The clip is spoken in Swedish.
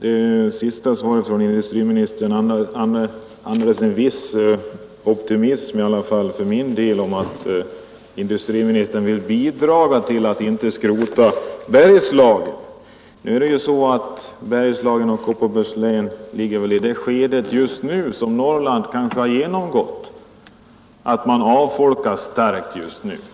Herr talman! Industriministerns senaste inlägg tycker jag i alla fall andades en viss optimism. Tydligen vill industriministern inte bidra till att skrota ned Bergslagen. Just nu befinner sig väl Bergslagen och Kopparbergs län i det skede som Norrland kanske har genomgått. Det sker för närvarande en stark avfolkning.